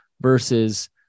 versus